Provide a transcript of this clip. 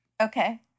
Okay